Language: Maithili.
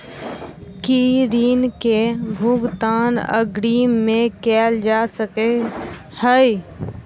की ऋण कऽ भुगतान अग्रिम मे कैल जा सकै हय?